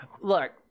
Look